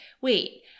wait